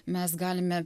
mes galime